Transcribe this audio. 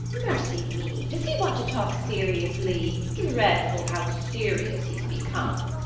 mercy me, does he want to talk seriously? dreadful, how serious he's become!